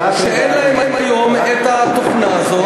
ומדובר על סופרים קטנים יותר שאין להם היום את התוכנה הזאת.